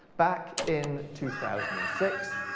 back in two thousand and six,